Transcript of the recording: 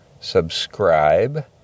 subscribe